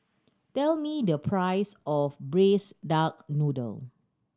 tell me the price of Braised Duck Noodle